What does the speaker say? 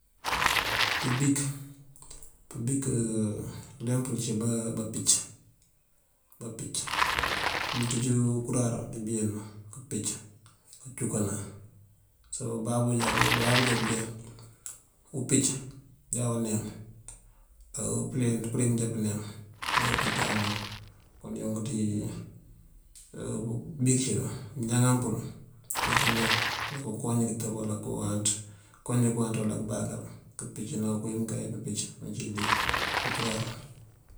Pëëbik, pëëbik uleemp wul ací bampic. Bampic mënţíj unkurar dí beenu këmpic kënjúnkëna. Sëma bababú já bujá umpic já wuneem përim jampun pëneem má umpic jáaţ uneem. Kon ink ţí pëbik yun mëñaŋa pël dí kañan dí kënkoonj këntëb uwala këwáanţ kënkoonj këwáanţ uwala këmbakër këmpicëna kowí mënkee pëmpican uncín dí ukuraru.